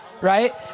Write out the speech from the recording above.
right